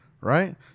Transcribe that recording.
right